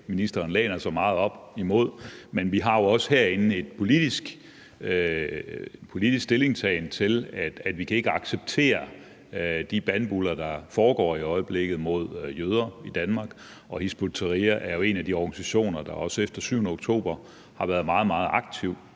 ministeren læner sig meget op ad, men vi har jo også herinde en politisk stillingtagen, som er, at vi ikke kan acceptere de bandbuller, der foregår i øjeblikket mod jøder i Danmark, og Hizb ut-Tahrir er jo en af de organisationer, der også efter den 7. oktober har været meget aktiv